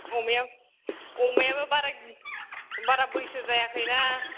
अमायाबो बारा बैसो जायाखैना